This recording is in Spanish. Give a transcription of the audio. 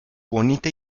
bonita